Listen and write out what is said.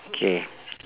K